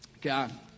God